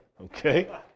okay